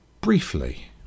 briefly